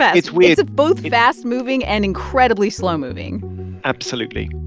yeah it's weird. it's a both fast-moving and incredibly slow-moving absolutely